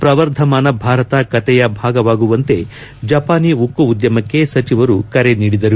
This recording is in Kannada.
ಪ್ರವರ್ಧಮಾನ ಭಾರತ ಕತೆಯ ಭಾಗವಾಗುವಂತೆ ಜಪಾನಿ ಉಕ್ಕು ಉದ್ಯಮಕ್ಕೆ ಸಚಿವರು ಕರೆ ನೀಡಿದರು